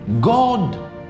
God